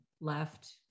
left